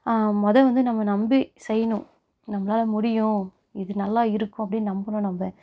மொதல் வந்து நம்ம நம்பி செய்யணும் நம்மளால முடியும் இது நல்லா இருக்கும் அப்படின்னு நம்பணும் நம்ம